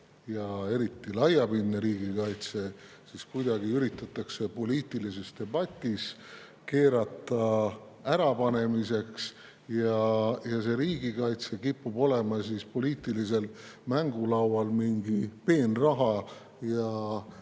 ja eriti laiapindne riigikaitse kuidagi üritatakse poliitilises debatis keerata ärapanemiseks. Ja riigikaitse kipub olema poliitilisel mängulaual mingi peenraha ja